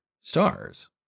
stars